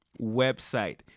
website